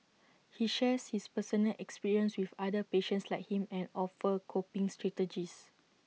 he shares his personal experiences with other patients like him and offers coping strategies